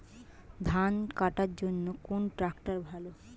ধান কাটার জন্য কোন ট্রাক্টর ভালো?